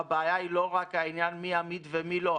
הבעיה היא לא רק העניין מי אמיד ומי לא.